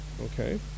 Okay